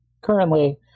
currently